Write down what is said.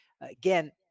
again